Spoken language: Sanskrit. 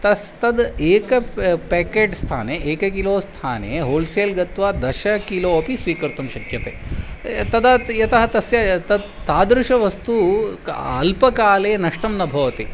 तस्य तद् एकं पेकेट् स्थाने एकं किलो स्थाने होल्सेल् गत्वा दश किलो अपि स्वीकर्तुं शक्यते तदा तु यतः तस्य तत् तादृशवस्तु अल्पकाले नष्टं न भवति